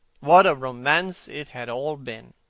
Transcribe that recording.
what a romance it had all been!